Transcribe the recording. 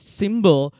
symbol